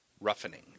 roughening